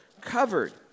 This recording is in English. Covered